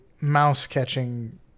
mouse-catching